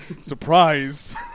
Surprise